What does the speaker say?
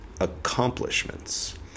accomplishments